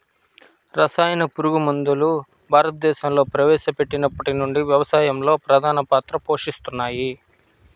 రసాయన పురుగుమందులు భారతదేశంలో ప్రవేశపెట్టినప్పటి నుండి వ్యవసాయంలో ప్రధాన పాత్ర పోషిస్తున్నాయి